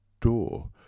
door